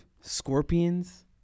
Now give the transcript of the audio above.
Scorpions